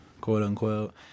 quote-unquote